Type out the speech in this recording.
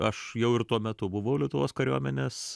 aš jau ir tuo metu buvau lietuvos kariuomenės